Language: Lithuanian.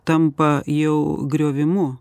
tampa jau griovimu